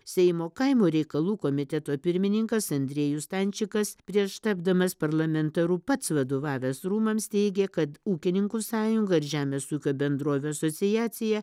seimo kaimo reikalų komiteto pirmininkas andriejus stančikas prieš tapdamas parlamentaru pats vadovavęs rūmams teigė kad ūkininkų sąjunga ir žemės ūkio bendrovių asociacija